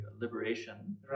liberation